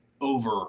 over